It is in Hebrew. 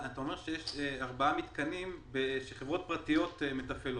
אתה אומר שיש ארבעה מתקנים שחברות פרטיות מתפעלות.